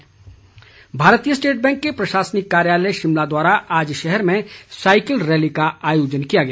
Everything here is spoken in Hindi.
एसबीआई भारतीय स्टेट बैंक के प्रशासनिक कार्यालय शिमला द्वारा आज शहर में साइकिल रैली का आयोजन किया गया